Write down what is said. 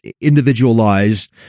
individualized